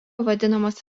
vadinamas